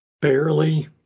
barely